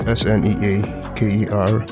s-n-e-a-k-e-r